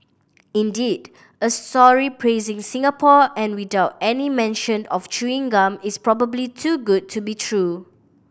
indeed a sorry praising Singapore and without any mention of chewing gum is probably too good to be true